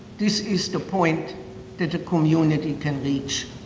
this is the point that the community can reach.